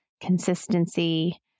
consistency